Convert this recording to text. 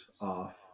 off